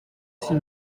six